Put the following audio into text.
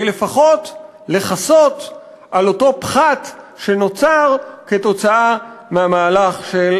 לפחות לכסות על אותו פחת שנוצר כתוצאה מהמהלך של